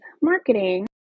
marketing